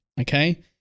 okay